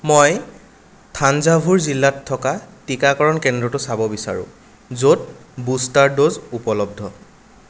মই থাঞ্জাভুৰ জিলাত থকা টীকাকৰণ কেন্দ্ৰটো চাব বিচাৰোঁ য'ত বুষ্টাৰ ড'জ উপলব্ধ